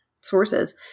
sources